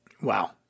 wow